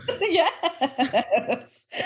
yes